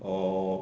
oh